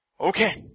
Okay